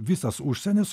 visas užsienis